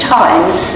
times